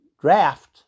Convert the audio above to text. draft